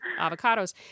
avocados